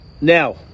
Now